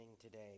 today